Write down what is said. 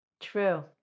True